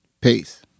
Peace